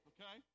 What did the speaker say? Okay